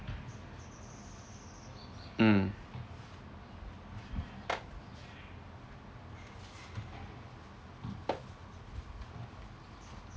mm